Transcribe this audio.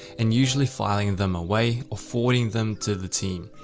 and usually filing them away or forwarding them to the team.